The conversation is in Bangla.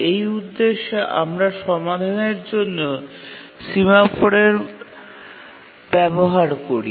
এই উদ্দেশ্যে আমরা সমাধানের জন্য সিমাফোরের ব্যবহার করি